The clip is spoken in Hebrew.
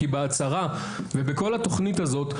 כי בהצהרה ובכל התוכנית הזאת,